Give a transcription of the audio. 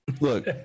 Look